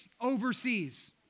overseas